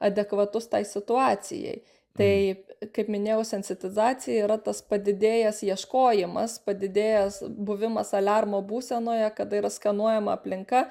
adekvatus tai situacijai tai kaip minėjau sensitizacija yra tas padidėjęs ieškojimas padidėjęs buvimas aliarmo būsenoje kada yra skenuojama aplinka